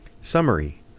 Summary